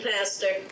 Pastor